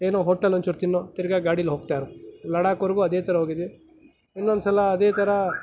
ಏನೋ ಹೊಟ್ಲಲ್ಲಿ ಒಂಚೂರು ತಿನ್ನು ತಿರ್ಗ ಗಾಡೀಲಿ ಹೋಗ್ತಾಯಿರು ಲಡಾಖ್ವರೆಗೂ ಅದೇ ಥರ ಹೋಗಿದ್ವಿ ಇನ್ನೊಂದು ಸಲ ಅದೇ ಥರ